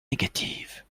négative